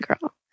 girl